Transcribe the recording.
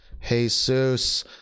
Jesus